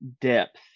depth